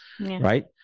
right